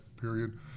period